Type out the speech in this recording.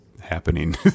happening